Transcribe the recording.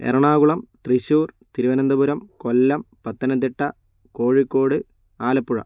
Ernakulam Thrissur Thiruvananthapuram Kollam Pathanamthitta Kozhikode Alappuzha